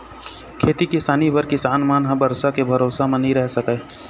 खेती किसानी बर किसान मन ह बरसा के भरोसा म नइ रह सकय